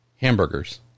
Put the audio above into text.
hamburgers